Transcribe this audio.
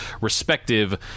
respective